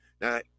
Now